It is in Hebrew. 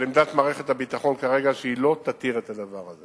אבל עמדת מערכת הביטחון כרגע היא שהיא לא תתיר את הדבר.